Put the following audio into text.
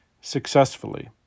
successfully